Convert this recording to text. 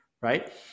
right